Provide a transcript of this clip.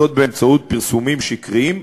בפרסומים שקריים,